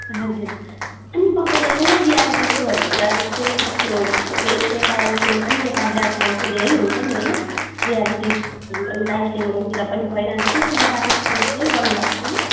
हजुर कुन तपाईँले कुनै रियलिटी सोहरूतिर जस्तै यस्तो नेपालतिरै पनि नेपाली डान्स फम त धेरै हुन्छ नि होइन रियलिटिसहरू अनि दार्जिलिङहरूतिर पनि भइरहन्छ त्यस्तोमा पार्टिसिपेट चाहिँ गर्नुभएको छैन